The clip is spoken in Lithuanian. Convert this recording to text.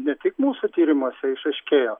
ne tik mūsų tyrimuose išaiškėjo